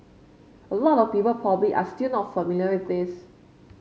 a lot of people probably are still not familiar with this